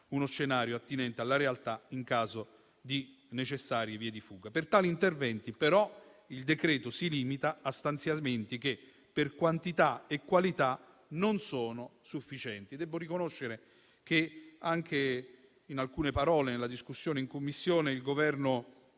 uno scenario attinente alla realtà in caso di necessarie vie di fuga. Per tali interventi, però, il provvedimento si limita a stanziamenti che, per quantità e qualità, non sono sufficienti. Debbo riconoscere che anche nella discussione in Commissione, il Governo